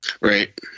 Right